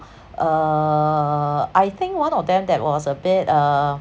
uh I think one of them that was a bit uh